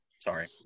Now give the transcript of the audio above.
sorry